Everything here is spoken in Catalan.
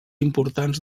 importants